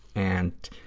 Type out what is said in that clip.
and,